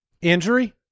injury